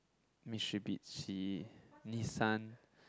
Mitsubishi Nissan